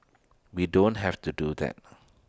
we don't have to do that